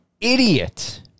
idiot